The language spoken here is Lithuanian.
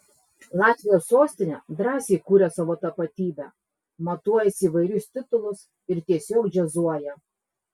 latvijos sostinė drąsiai kuria savo tapatybę matuojasi įvairius titulus ir tiesiog džiazuoja